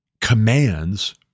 commands